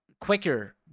quicker